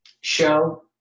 show